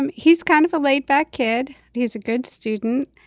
and he's kind of a laid back kid. he's a good student.